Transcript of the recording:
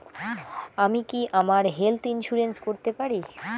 আমি কি আমার হেলথ ইন্সুরেন্স করতে পারি?